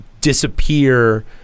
disappear